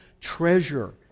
treasure